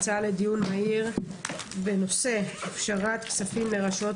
הצעה לדיון מהיר בנושא הפשרת כספים לרשויות